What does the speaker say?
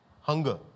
Hunger